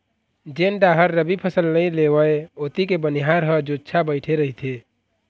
जेन डाहर रबी फसल नइ लेवय ओती के बनिहार ह जुच्छा बइठे रहिथे